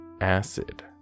acid